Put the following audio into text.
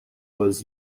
was